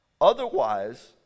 Otherwise